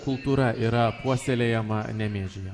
kultūra yra puoselėjama nemėžyje